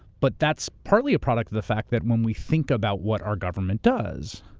but that's partly a product of the fact that when we think about what our government does,